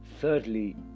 Thirdly